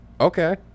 okay